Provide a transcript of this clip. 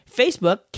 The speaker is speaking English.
facebook